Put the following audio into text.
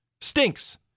Stinks